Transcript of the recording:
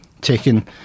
taken